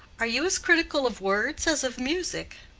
are you as critical of words as of music?